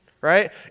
right